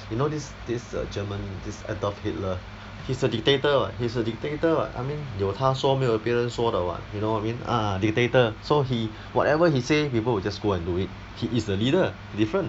you know this this uh german this adolf hitler he's a dictator [what] he's a dictator [what] I mean 有他没有别人说的 [what] you know what I mean ah dictator so he whatever he say people will just go and do it he is the leader different